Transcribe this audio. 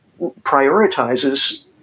prioritizes